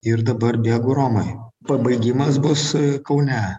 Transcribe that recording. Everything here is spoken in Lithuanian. ir dabar bėgu romoj pabaigimas bus kaune